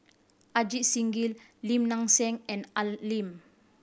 Ajit Singh Gill Lim Nang Seng and Al Lim